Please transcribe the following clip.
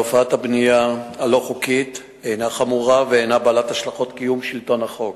תופעת הבנייה הלא-חוקית היא חמורה ובעלת השלכות על קיום שלטון החוק.